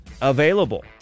available